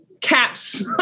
caps